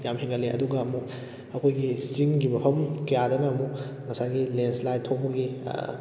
ꯌꯥꯝ ꯍꯦꯟꯒꯠꯂꯦ ꯑꯗꯨꯒ ꯑꯃꯨꯛ ꯑꯩꯈꯣꯏꯒꯤ ꯆꯤꯡꯒꯤ ꯃꯐꯝ ꯀꯌꯥꯗꯅ ꯑꯃꯨꯛ ꯉꯁꯥꯏꯒꯤ ꯂꯦꯟ ꯁ꯭ꯂꯥꯏꯗ ꯊꯣꯛꯄꯒꯤ